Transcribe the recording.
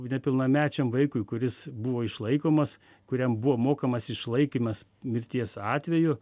nepilnamečiam vaikui kuris buvo išlaikomas kuriam buvo mokamas išlaikymas mirties atveju